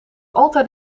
altijd